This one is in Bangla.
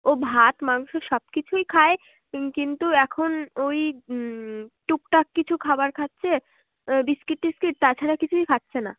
ও ভাত মাংস সব কিছুই খায় কিন্তু এখন ওই টুকটাক কিছু খাবার খাচ্ছে বিস্কিট টিস্কিট তাছাড়া কিছুই খাচ্ছে না